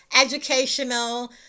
educational